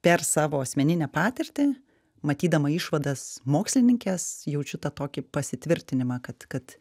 per savo asmeninę patirtį matydama išvadas mokslininkės jaučiu tą tokį pasitvirtinimą kad kad